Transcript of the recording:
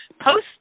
post